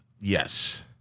yes